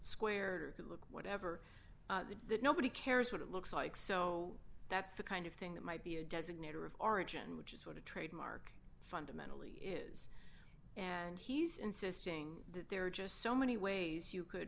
squared or could look whatever that nobody cares what it looks like so that's the kind of thing that might be a designator of origin which is what a trademark fundamentally is and he's insisting that there are just so many ways you could